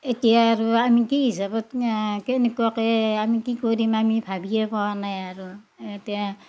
এতিয়া আৰু আমি কি হিচাপত কেনেকুৱাকে আমি কি কৰিম আমি ভাবিয়ে পৱা নাই আৰু এতিয়া